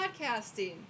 podcasting